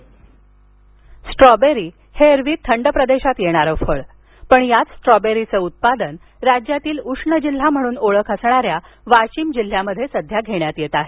strawberry Washim strawberry हे एरवी थंड प्रदेशात येणारं फळ पण याच स्ट्रॉबेरीचं उत्पादन राज्यातील उष्ण जिल्हा म्हणून ओळख असणाऱ्या वाशिम जिल्ह्यामध्ये सध्या घेण्यात येत आहे